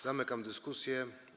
Zamykam dyskusję.